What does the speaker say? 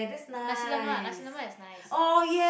nasi-lemak nasi-lemak is nice